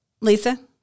Lisa